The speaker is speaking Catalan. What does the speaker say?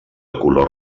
color